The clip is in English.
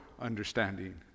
understanding